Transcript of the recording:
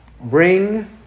bring